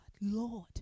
Lord